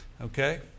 Okay